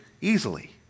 easily